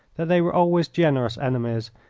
that they were always generous enemies,